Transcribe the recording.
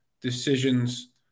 decisions